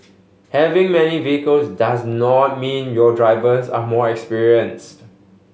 having many vehicles does not mean your drivers are more experienced